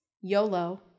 YOLO